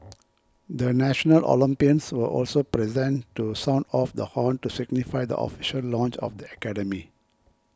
the national Olympians were also present to sound off the horn to signify the official launch of the academy